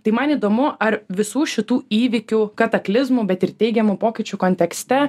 tai man įdomu ar visų šitų įvykių kataklizmų bet ir teigiamų pokyčių kontekste